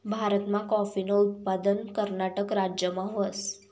भारतमा काॅफीनं उत्पादन कर्नाटक राज्यमा व्हस